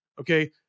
okay